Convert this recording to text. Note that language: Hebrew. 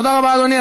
תודה רבה, אדוני.